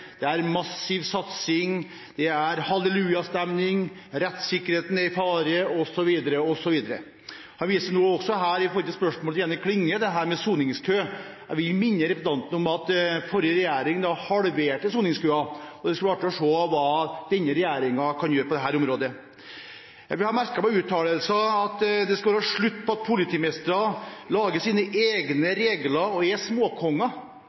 massiv satsing, hallelujastemning, rettssikkerheten i fare, osv. osv. Han viste også her i forbindelse med spørsmålet fra Jenny Klinge til dette med soningskø. Jeg vil minne representanten om at den forrige regjeringen halverte soningskøen. Det kunne vært artig å se hva denne regjeringen kan gjøre på dette området. Jeg har merket meg uttalelsen om at det skal være slutt på at politimestrene lager sine egne regler og er småkonger,